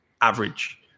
average